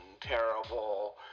terrible